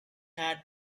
had